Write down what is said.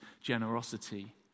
generosity